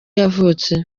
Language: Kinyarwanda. yavutse